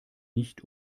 nicht